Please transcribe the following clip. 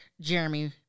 jeremy